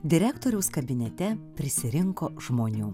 direktoriaus kabinete prisirinko žmonių